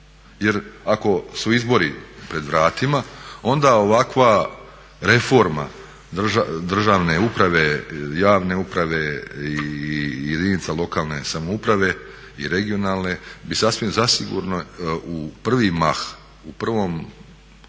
jer ako su izbori pred vratima onda ovakva reforma državne uprave, javne uprave i jedinica lokalne samouprave i regionalne bi sasvim zasigurno u prvi mah, u prvom ovom